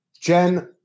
Jen